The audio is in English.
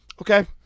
Okay